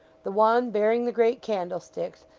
the one bearing the great candlesticks,